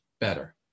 better